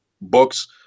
books